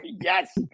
Yes